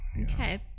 Okay